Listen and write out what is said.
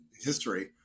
history